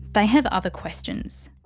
they have other questions.